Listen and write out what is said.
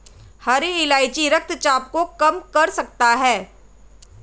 हरी इलायची रक्तचाप को कम कर सकता है